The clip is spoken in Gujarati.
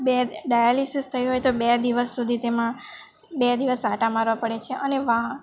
બે ડાયાલીસિસ થયું હોય તો બે દિવસ સુધી તેમાં બે દિવસ આંટા મારવા પડે છે અને